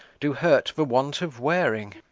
do hurt for want of wearing.